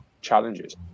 challenges